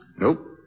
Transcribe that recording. Nope